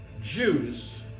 Jews